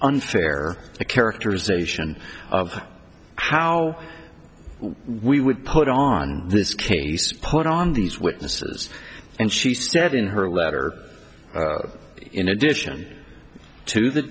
unfair characterization of how we would put on this case put on these witnesses and she said in her letter in addition to the